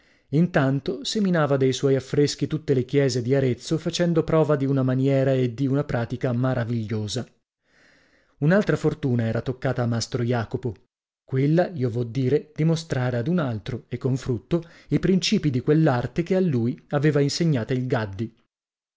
intanto seminava dei suoi affreschi tutte le chiese di arezzo facendo prova di una maniera e dì una pratica maravigliosa un'altra fortuna era toccata a mastro jacopo quella io vo dire di mostrare ad un altro e con frutto i principii di quell'arte che a lui aveva insegnata il gaddi